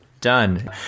Done